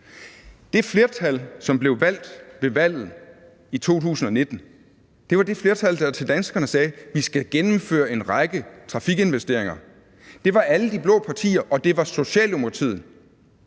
Det flertal, som blev valgt ved valget i 2019, var det flertal, der til danskerne sagde: Vi skal gennemføre en række trafikinvesteringer. Det var alle de blå partier og Socialdemokratiet.